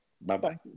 Bye-bye